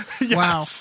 wow